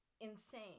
insane